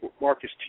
Marcus